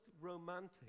romantic